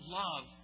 love